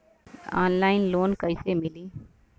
Online loan कइसे मिली?